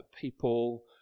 people